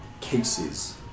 Cases